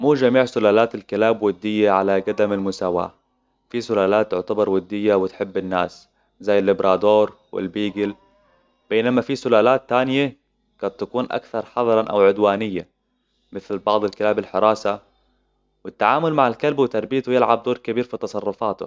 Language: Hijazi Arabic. مو جميع سلالات الكلاب ودية على قدم المساواة في سلالات تعتبر ودية وتحب الناس زي البرادور والبيجل بينما في سلالات تانية قد تكون أكثر حظراً أو عدوانية مثل بعض الكلاب الحراسة والتعامل مع الكلب وتربيته يلعب دور كبير في تصرفاته